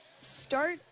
start